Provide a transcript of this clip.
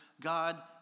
God